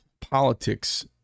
politics